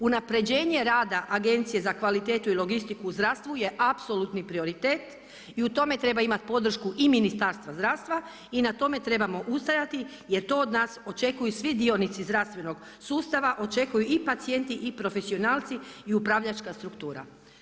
Unapređenje rada Agencije za kvalitetu i logistiku u zdravstvu je apsolutni prioritet i u tome treba imati podršku i Ministarstva zdravstva i na tome trebamo ustrajati jer to od nas očekuju svi dionici zdravstvenog sustava, očekuju i pacijenti i profesionalci i upravljačka struktura.